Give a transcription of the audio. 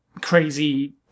crazy